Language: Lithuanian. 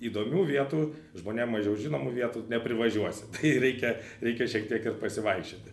įdomių vietų žmonėm mažiau žinomų vietų neprivažiuosi tai reikia reikia šiek tiek ir pasivaikščioti